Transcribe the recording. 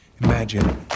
Imagine